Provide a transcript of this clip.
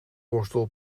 borstel